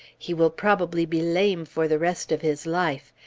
he will probably be lame for the rest of his life.